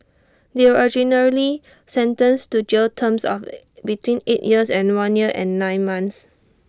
they were originally sentenced to jail terms of between eight years and one year and nine months